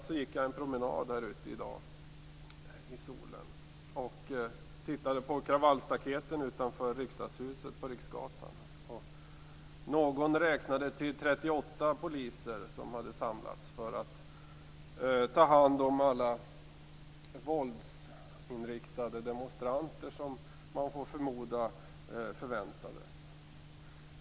Jag gick en promenad här ute i solen i dag och tittade på kravallstaketen på Riksgatan utanför Riksdagshuset. Någon räknade till 38 poliser som hade samlats för att ta hand om alla våldsinriktade demonstranter som förväntades.